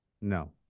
No